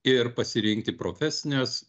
ir pasirinkti profesinės